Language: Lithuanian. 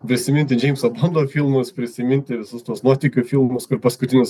prisiminti džeimso bondo filmus prisiminti visus tuos nuotykių filmus kur paskutinis